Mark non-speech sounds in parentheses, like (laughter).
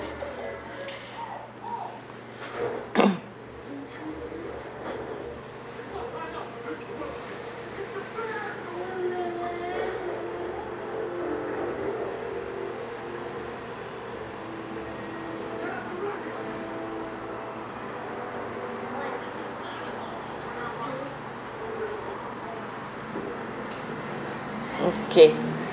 (coughs) okay